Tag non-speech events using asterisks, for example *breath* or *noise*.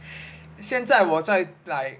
*breath* 现在我在 like